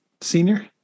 senior